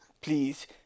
Please